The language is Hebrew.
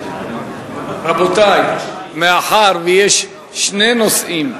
רבותי, יש שני נושאים.